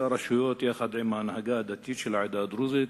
הרשויות עם ההנהגה הדתית של העדה הדרוזית.